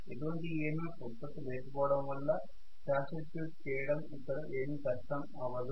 ఎటువంటి EMF ఉత్పత్తి లేకపోవడం వల్ల షార్ట్ సర్క్యూట్ చేయడం ఇక్కడ ఏమీ కష్టం అవదు